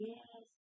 Yes